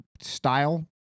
style